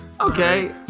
Okay